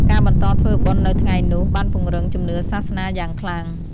ការបន្តធ្វើបុណ្យនៅថ្ងៃនោះបានពង្រឹងជំនឿសាសនាយ៉ាងខ្លាំង។